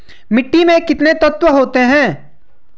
मिट्टी में कितने तत्व होते हैं?